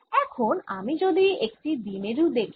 এখন আমি যদি একটি দ্বিমেরু দেখি